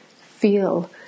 feel